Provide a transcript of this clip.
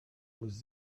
was